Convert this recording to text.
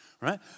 right